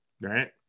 right